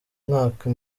mwaka